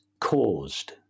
caused